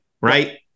right